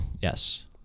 Yes